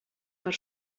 per